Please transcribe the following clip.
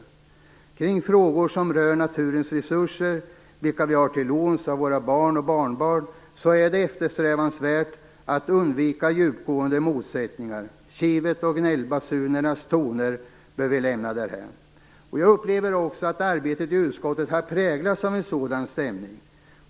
När det gäller frågor som rör naturens resurser, vilka vi har till låns av våra barn och barnbarn, är det eftersträvansvärt att undvika djupgående motsättningar. Kivet och gnällbasunernas toner bör vi lämna därhän. Jag upplever också att arbetet i utskottet har präglats av en sådan stämning.